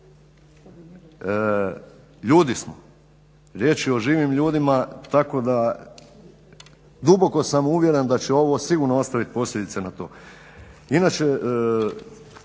Ljudi smo, riječ je o živim ljudima, tako da duboko sam uvjeren da će ovo sigurno ostaviti posljedice na to.